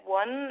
one